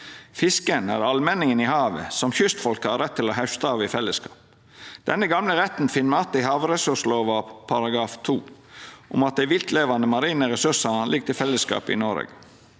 Fisken er allmenningen i havet, som kystfolket har rett til å hauste av i fellesskap. Denne gamle retten finn me att i havressurslova § 2, om at dei viltlevande marine ressursane ligg til fellesskapen i Noreg.